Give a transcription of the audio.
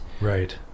Right